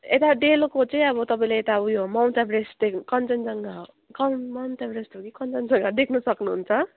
यता डेलोको चाहिँ अब तपाईँले यता उयो माउन्ट एभरेस्ट त्यो कञ्चनजङ्गा हो कि माउन्ट एभरेस्ट हो कि कञ्चनजङ्गा देख्न सक्नुहुन्छ